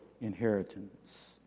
inheritance